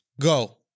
Go